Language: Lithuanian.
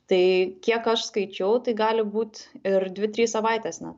tai kiek aš skaičiau tai gali būt ir dvi trys savaitės net